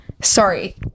sorry